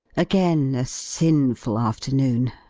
again a sinful afternoon.